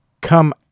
come